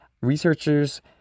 Researchers